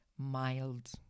mild